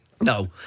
No